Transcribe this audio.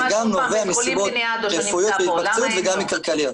זה גם נובע מסיבות רפואיות ומקצועיות וגם כלכליות.